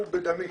הוא בדמי.